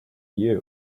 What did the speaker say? you